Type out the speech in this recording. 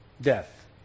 Death